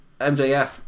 MJF